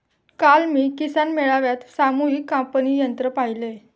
काल मी किसान मेळ्यात सामूहिक कापणी यंत्र पाहिले